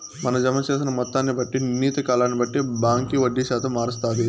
మన జమ జేసిన మొత్తాన్ని బట్టి, నిర్ణీత కాలాన్ని బట్టి బాంకీ వడ్డీ శాతం మారస్తాది